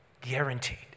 Guaranteed